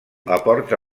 aporta